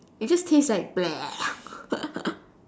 it just taste like